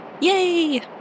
Yay